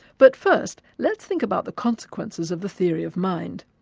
but first let's think about the consequences of the theory of mind.